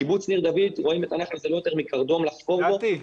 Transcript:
קיבוץ ניר דוד רואה את הנחל הזה לא יותר מקרדום לחפור בו.